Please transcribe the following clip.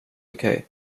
okej